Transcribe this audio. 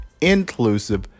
inclusive